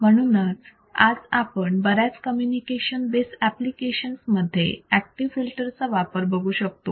म्हणूनच आज आपण बऱ्याच कम्युनिकेशन बेस् एप्लीकेशन्स मध्ये ऍक्टिव्ह फिल्टर चा वापर बघू शकतो